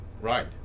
Right